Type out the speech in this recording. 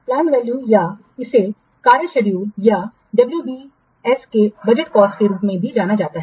planned value या इसे कार्य शेड्यूल या बीसीडब्ल्यूएस की बजट कॉस्ट के रूप में भी जाना जाता है